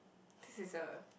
this is a